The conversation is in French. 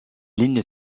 lignes